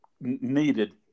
needed